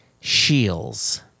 shields